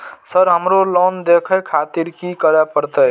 Sir हमरो loan देखें खातिर की करें परतें?